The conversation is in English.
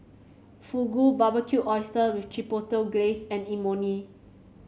Fugu Barbecued Oysters with Chipotle Glaze and Imoni